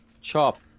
Chop